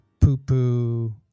poo-poo